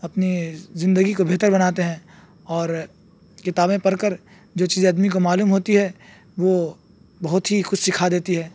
اپنی زندگی کو بہتر بناتے ہیں اور کتابیں پڑھ کر جو چیز آدمی کو معلوم ہوتی ہے وہ بہت ہی کچھ سکھا دیتی ہے